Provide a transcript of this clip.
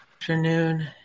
afternoon